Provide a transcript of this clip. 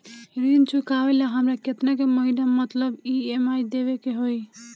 ऋण चुकावेला हमरा केतना के महीना मतलब ई.एम.आई देवे के होई?